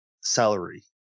salary